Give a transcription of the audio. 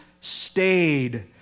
stayed